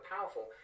powerful